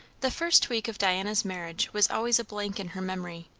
the first week of diana's marriage was always a blank in her memory.